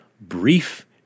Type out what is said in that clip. Brief